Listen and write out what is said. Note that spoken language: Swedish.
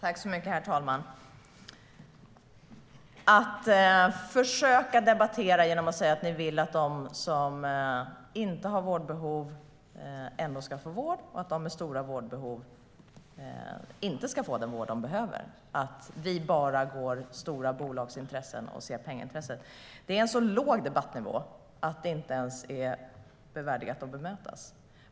Herr talman! Att försöka debattera genom att säga att vi vill att de som inte har vårdbehov ändå ska få vård och att de med stora vårdbehov inte ska få den vård de behöver och att vi bara går stora bolagsintressen till mötes och ser till pengaintresset är en så låg debattnivå att det inte ens är värt att bemötas.